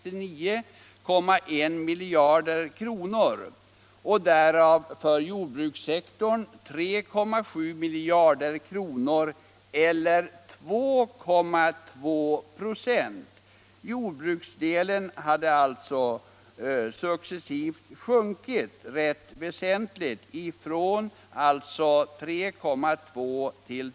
Jordbruksdelen har alltså successivt sjunkit med en hel procent.